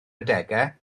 adegau